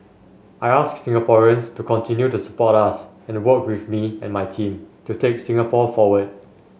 I ask Singaporeans to continue to support us and work with me and my team to take Singapore forward